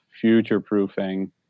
future-proofing